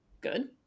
good